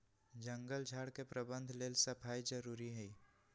जङगल झार के प्रबंधन लेल सफाई जारुरी हइ